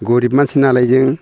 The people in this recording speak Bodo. गरिब मानसि नालाय जों